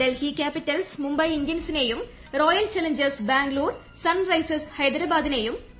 Delhi Capitals Mumbai ഇന്ത്യൻസിനെയും Royal Challengers Bangalore Sunrisers ഹൈദരാബാദിനെയും നേരിടും